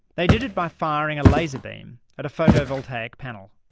they did it by firing a laser beam at a photovoltaic panel.